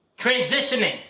transitioning